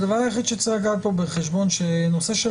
הדבר היחיד שצריך לקחת פה בחשבון זה שנושא של